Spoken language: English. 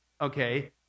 okay